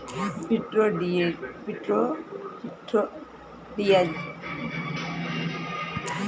Prieto Diaz అనే ప్రాంతంలో ఏడాది పొడవునా గణనీయమైన వర్షపాతం ఉంటుంది